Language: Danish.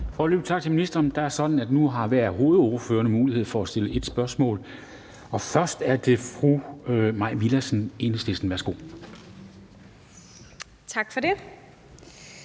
Foreløbig tak til ministeren. Det er sådan, at nu har hver af hovedordførerne mulighed for at stille ét spørgsmål, og først er det fru Mai Villadsen, Enhedslisten. Værsgo. Kl.